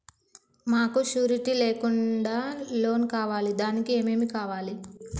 మాకు షూరిటీ లేకుండా లోన్ కావాలి దానికి ఏమేమి కావాలి?